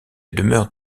demeure